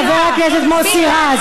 חבר הכנסת מוסי רז.